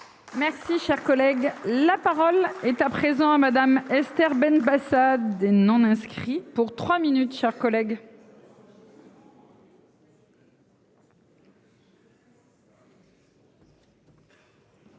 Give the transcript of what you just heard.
Merci, cher collègue, la parole est à présent à Madame. Esther Benbassa, des non inscrits pour 3 minutes, chers collègues.